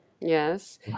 Yes